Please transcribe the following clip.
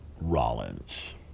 Rollins